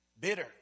bitter